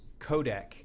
codec